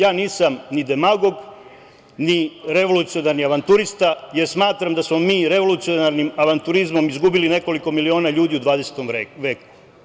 Ja nisam ni demagog, ni revolucionarni avanturista, jer smatram da smo mi revolucionarnim avanturizmom izgubili nekoliko miliona ljudi u 20 veku.